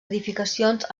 edificacions